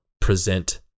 present